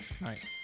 Nice